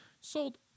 sold